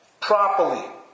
properly